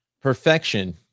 Perfection